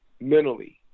mentally